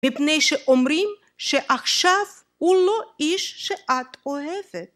מפני שאומרים שעכשיו הוא לא איש שאת אוהבת